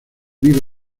vive